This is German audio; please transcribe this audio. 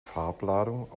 farbladung